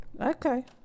Okay